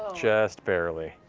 just barely.